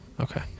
okay